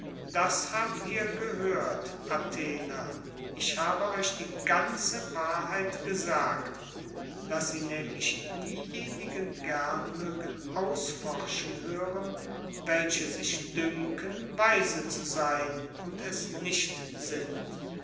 das habt ihr gehört athener ich habe euch die ganze wahrheit gesagt daß sie nämlich diejenigen gern mögen ausforschen hören welche sich dünken weise zu sein und es nicht sind